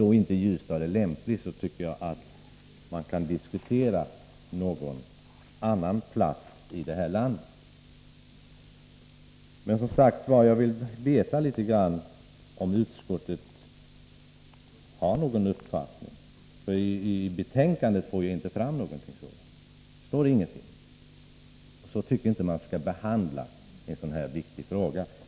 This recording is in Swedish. Om inte Ljusdal är en lämplig kommun kan man diskutera någon annan plats i landet. Jag vill som sagt veta om utskottet har någon uppfattning. Av betänkandet får jag inte fram någon sådan — där står det ingenting. På det sättet skall man inte behandla en sådan här viktig fråga.